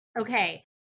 Okay